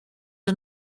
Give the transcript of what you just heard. are